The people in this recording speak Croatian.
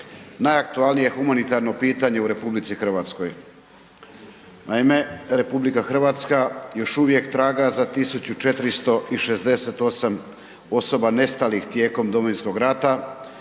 najaktualnije humanitarno pitanje u RH. Naime, RH još uvijek traga za 1468 osoba nestalih tijekom Domovinskog rata